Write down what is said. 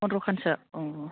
फन्द्र'खानसो अ